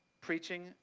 preaching